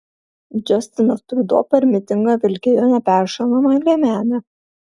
džastinas trudo per mitingą vilkėjo neperšaunamą liemenę